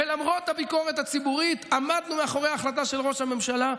ולמרות הביקורת הציבורית עמדנו מאחורי ההחלטה של ראש הממשלה,